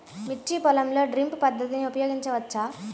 మిర్చి పొలంలో డ్రిప్ పద్ధతిని ఉపయోగించవచ్చా?